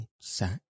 sack